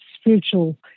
spiritual